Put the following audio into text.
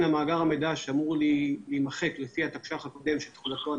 מאגר המידע שאמור להימחק לפי התקש"ח הקודם שתחולתו עד